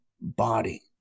body